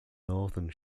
northern